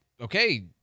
okay